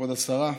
כבוד השרה,